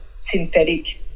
synthetic